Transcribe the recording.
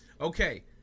okay